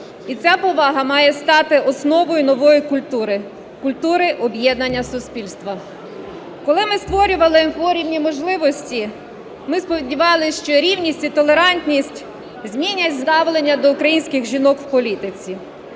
І ця повага має стати основою нової культури, культури об'єднання суспільства. Коли ми створювали МФО "Рівні можливості", ми сподівались, що рівність і толерантність змінять ставлення до українських жінок в політиці.